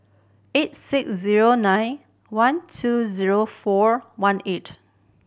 eight six zero nine one two zero four one eight